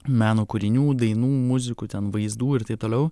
meno kūrinių dainų muzikų ten vaizdų ir taip toliau